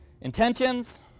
Intentions